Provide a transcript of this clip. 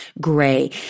Gray